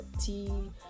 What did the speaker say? tea